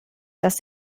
das